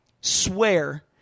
swear